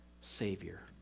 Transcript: Savior